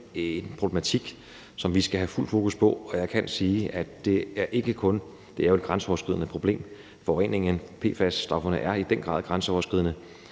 en problematik, som vi skal have fuldt fokus på. Det er jo et grænseoverskridende problem. Forureningen med PFAS-stofferne er i den grad grænseoverskridende,